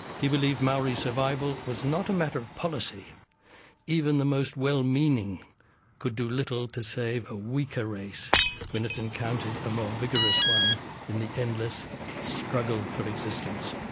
he believed maori survival was not a matter of policy even the most well-meaning could do little to save a weaker race when it encountered a more um um vigorous one in the endless struggle for existence